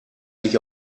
sich